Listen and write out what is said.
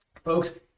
folks